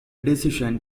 decision